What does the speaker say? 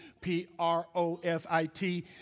P-R-O-F-I-T